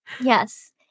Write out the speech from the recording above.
Yes